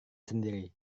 sendiri